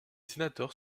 sénateurs